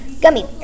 gummy